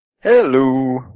Hello